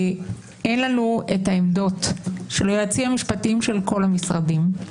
אין לנו את העמדות של היועצים המשפטיים של כל המשרדים.